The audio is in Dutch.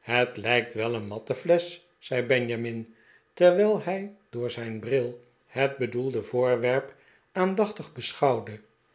het lijkt wel een matten flesch zei benjamin terwijl hij door zijn bril het bedoelde voorwerp aandachtig beschouwde